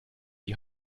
die